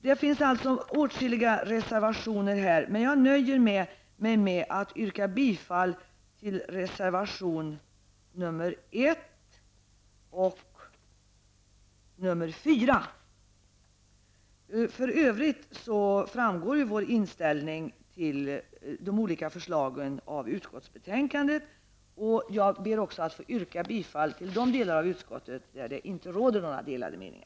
Det finns åtskilliga reservationer, men jag nöjer mig med att yrka bifall till reservationerna 1 och 4. I övrigt framgår vår inställning till de olika förslagen av utskottsbetänkandet. Jag ber också att få yrka bifall till de delar av utskottets hemställan där det inte råder några delade meningar.